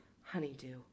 honeydew